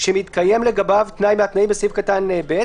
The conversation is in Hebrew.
שמתקיים לגביו תנאי מהתנאים בסעיף (ב)